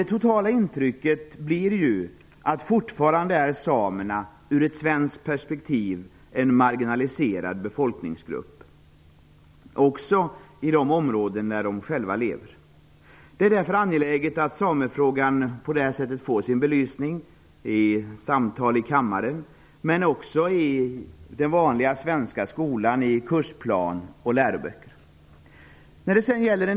Det totala intrycket blir att samerna fortfarande ur ett svenskt perspektiv är en marginaliserad befolkningsgrupp, också i de områden där de själva lever. Det är därför angeläget att samefrågan på det här sättet får sin belysning i samtal i kammaren men också i den vanliga svenska skolan, i kursplan och läroböcker.